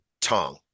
Tong